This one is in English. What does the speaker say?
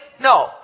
No